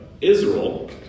israel